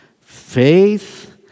faith